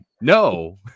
no